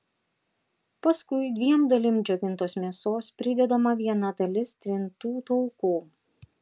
paskui dviem dalim džiovintos mėsos pridedama viena dalis trintų taukų